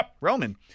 Roman